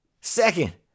Second